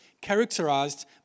characterized